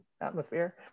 atmosphere